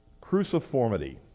Cruciformity